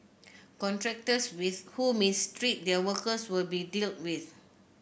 contractors with who mistreat their workers will be dealt with